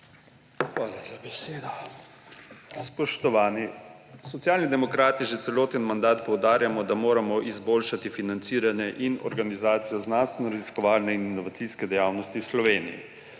Hvala za besedo. Spoštovani! Socialni demokrati že celoten mandat poudarjamo, da moramo izboljšati financiranje in organizacijo znanstvenoraziskovalne in inovacijske dejavnosti v Sloveniji.